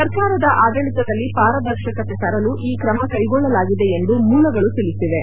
ಸರಕಾರದ ಆಡಳಿತದಲ್ಲಿ ಪಾರದರ್ಶಕತೆ ತರಲು ಈ ಕ್ರಮ ಕೈಗೊಳ್ಳಲಾಗಿದೆ ಎಂದು ಮೂಲಗಳು ತಿಳಿಸಿವೆ